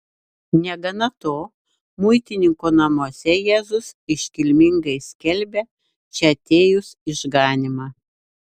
negana to muitininko namuose jėzus iškilmingai skelbia čia atėjus išganymą